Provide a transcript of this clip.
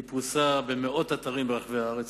היא פרוסה במאות אתרים ברחבי ארץ,